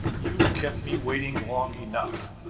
you've kept me waiting long enough.